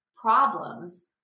problems